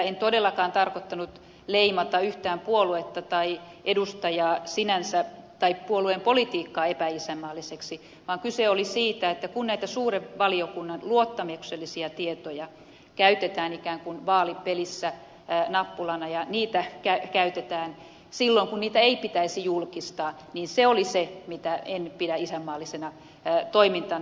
en todellakaan tarkoittanut leimata yhtään puoluetta tai edustajaa tai puolueen politiikkaa sinänsä epäisänmaalliseksi vaan kyse oli siitä että kun näitä suuren valiokunnan luottamuksellisia tietoja käytetään ikään kuin vaalipelissä nappulana ja niitä käytetään silloin kun niitä ei pitäisi julkistaa niin se oli se mitä en pidä isänmaallisena toimintana